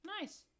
nice